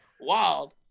wild